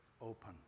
open